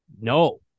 No